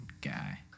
guy